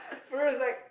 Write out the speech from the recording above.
first like